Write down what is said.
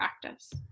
practice